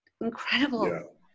incredible